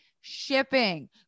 shipping